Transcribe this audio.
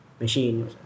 machine